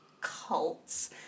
cults